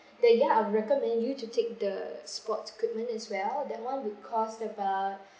then ya recommend you to take the sports equipment as well that one will cost about